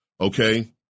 Okay